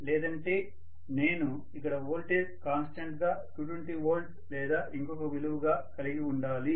లేదంటే నేను ఇక్కడ వోల్టేజ్ కాన్స్టెంట్ గా 220 వోల్ట్స్ లేదా ఇంకొక విలువగా కలిగి ఉండాలి